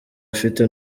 afite